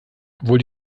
obwohl